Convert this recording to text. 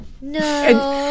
No